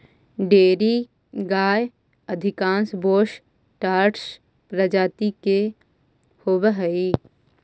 dairy गाय अधिकांश bos taurus प्रजाति के होवऽ हइ